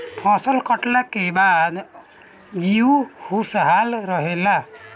फसल कटले के बाद जीउ खुशहाल रहेला